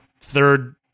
third